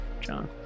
John